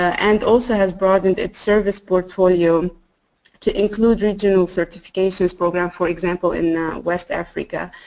and also has broadened its service portfolio to include regional certifications program for example in west africa.